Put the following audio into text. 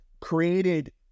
created